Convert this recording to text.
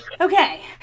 Okay